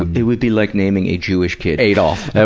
it would be like naming a jewish kid adolf.